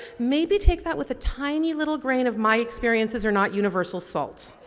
maybe take that with a tiny little grain of my experiences are not universal salt.